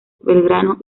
belgrano